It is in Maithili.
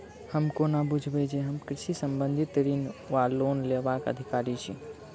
हम कोना बुझबै जे हम कृषि संबंधित ऋण वा लोन लेबाक अधिकारी छी?